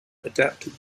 adapted